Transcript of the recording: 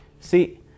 see